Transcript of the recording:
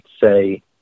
say